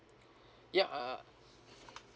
ya uh